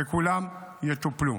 וכולם יטופלו.